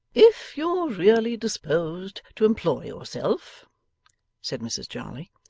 if you're really disposed to employ yourself said mrs jarley,